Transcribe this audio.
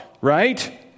right